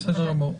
בסדר גמור.